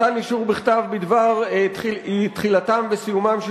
מתן אישור בכתב בדבר תחילתם וסיומם של